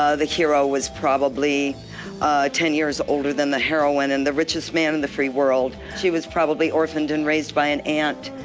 ah the hero was probably ten years older than the heroine and the richest man in the free world. she was probably orphaned and raised by an aunt,